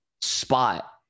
spot